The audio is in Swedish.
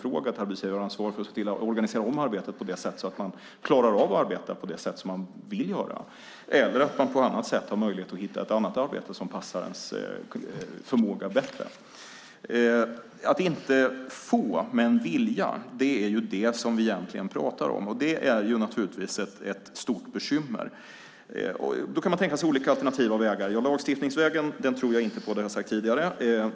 Det handlar om att ta arbetsgivaransvar för att se till att organisera om arbetet så att människor klarar av att arbeta på det sätt de vill göra eller att de på annat sätt har möjlighet att hitta ett annat arbete som passar deras förmåga bättre. Att inte få men vilja är det som vi egentligen pratar om. Det är ett stort bekymmer. Man kan tänka sig olika alternativa vägar. Jag tror inte på lagstiftningsvägen. Det har jag sagt tidigare.